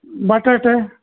ಬಟಾಟೆ